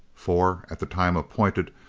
for, at the time appointed,